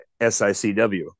SICW